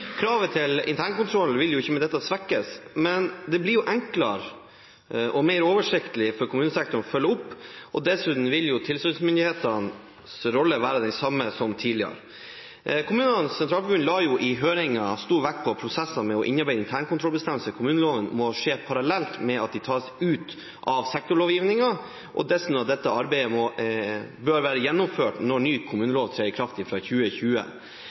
Kravet til internkontroll vil jo ikke med dette svekkes, men det blir enklere og mer oversiktlig for kommunesektoren å følge opp, og dessuten vil tilsynsmyndighetenes rolle være den samme som tidligere. Kommunenes Sentralforbund la i høringen stor vekt på at prosessene med å innarbeide internkontrollbestemmelser i kommuneloven må skje parallelt med at de tas ut av sektorlovgivningen, og dessuten at dette arbeidet bør være gjennomført når den nye kommuneloven trer i kraft fra 2020.